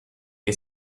che